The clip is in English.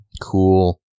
cool